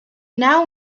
now